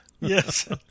Yes